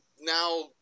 now